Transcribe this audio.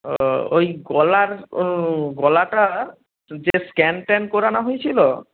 ও ওই গলার ও গলাটা যে স্ক্যান ট্যান করানো হয়েছিল